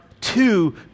two